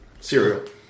cereal